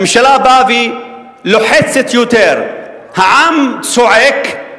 הממשלה באה ולוחצת יותר, העם צועק,